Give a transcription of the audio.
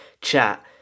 chat